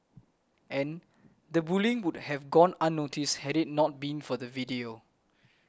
and the bullying would have gone unnoticed had it not been for the video